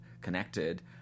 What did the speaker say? connected